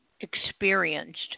experienced